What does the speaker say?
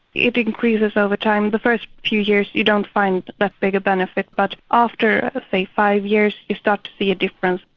it increases over time, the first few years you don't find a bigger benefit but after say five years you start to see a difference.